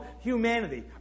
humanity